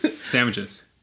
Sandwiches